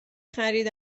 خرید